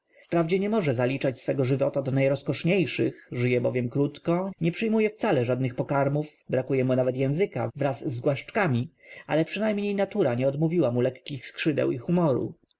wprawdzie nie może zaliczać swego żywota do najrozkoszniejszych żyje bowiem krótko nie przyjmuje wcale żadnych pokarmów brakuje mu nawet języka wraz z głaszczkami ale przynajmniej natura nie odmówiła mu lekkich skrzydeł i humoru